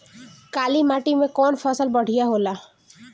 काली माटी मै कवन फसल बढ़िया होला?